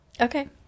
Okay